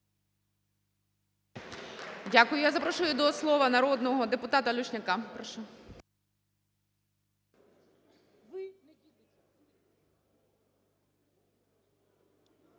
Дякую. Я запрошую до слова народного депутата Крулька,